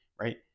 right